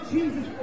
Jesus